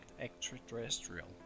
extraterrestrial